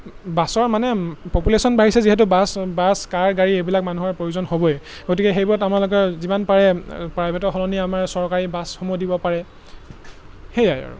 বাছৰ মানে পপুলেশ্যন বাঢ়িছে যিহেতু বাছ বাছ কাৰ গাড়ী এইবিলাক মানুহৰ প্ৰয়োজন হ'বই গতিকে সেইবোৰত আমাৰলোকে যিমান পাৰে প্ৰাইভেটৰ সলনি আমাৰ চৰকাৰী বাছসমূহ দিব পাৰে সেয়াই আৰু